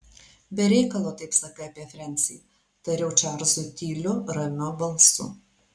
be reikalo taip sakai apie frensį tariau čarlzui tyliu ramiu balsu